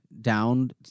down